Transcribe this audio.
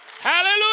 Hallelujah